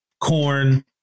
corn